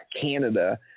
Canada